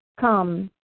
come